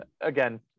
again